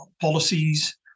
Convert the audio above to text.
policies